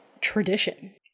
tradition